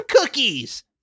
cookies